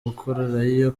gukorerayo